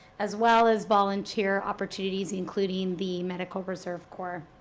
as well as volunteer opportunities including the medical reserve corps.